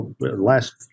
last